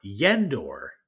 Yendor